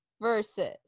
versus